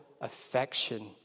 affection